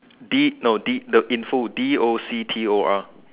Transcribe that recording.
D no D no in full D O C T O